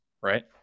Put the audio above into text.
right